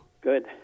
Good